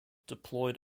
deployed